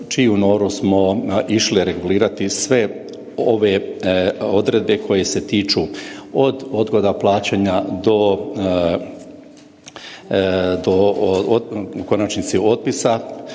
čiju … smo išli regulirati sve ove odredbe koje se tiču od odgoda plaćanja do u konačnici otpisa